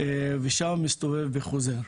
ושם מסתובב וחוזר.